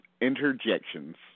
Interjections